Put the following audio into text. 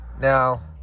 Now